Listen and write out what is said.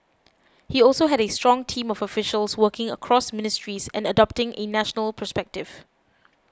he also had a strong team of officials working across ministries and adopting a national perspective